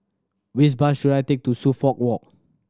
which bus should I take to Suffolk Walk